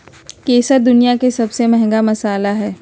केसर दुनिया के सबसे महंगा मसाला हइ